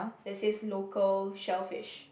that says local shellfish